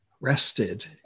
Rested